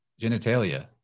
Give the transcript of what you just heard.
genitalia